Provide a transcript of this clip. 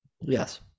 yes